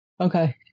Okay